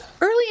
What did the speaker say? Early